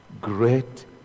great